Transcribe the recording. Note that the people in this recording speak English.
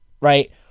right